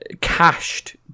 cached